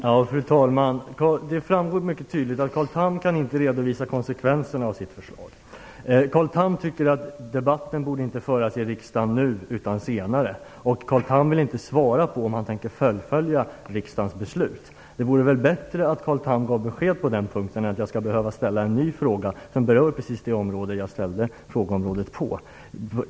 Fru talman! Det framgår mycket tydligt att Carl Tham inte kan redovisa konsekvenserna av sitt förslag. Carl Tham tycker att debatten inte borde föras i riksdagen nu, utan senare. Carl Tham vill inte svara på om han tänker fullfölja riksdagens beslut. Det vore bättre att Carl Tham gav besked på den punkten än att jag skall behöva ställa en ny fråga som berör precis det område som jag nu ställt frågan om.